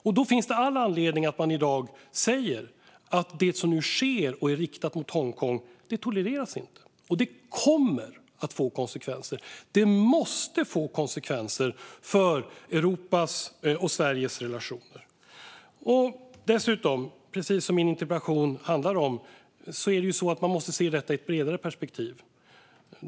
Därför finns det all anledning att man i dag säger att det som nu sker och som riktas mot Hongkong inte tolereras och att det kommer att få konsekvenser. Det måste få konsekvenser för Europas och Sveriges relationer. Man måste dessutom se detta i ett bredare perspektiv, vilket min interpellation handlade om.